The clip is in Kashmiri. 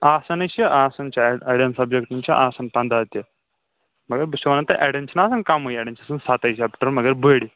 آسان ہے چھِ آسان چھِ اَڈین سَبجیکٹَن چھِ آسان پَنٛداہ تہِ مگر بہٕ چھُسو وَنان تۄہہِ اَڈین چھُناہ آسان کَمٕے اَڈین چھُ آسان سَتَے چپٹر مَگر بٔڈۍ